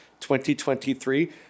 2023